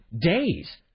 days